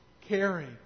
caring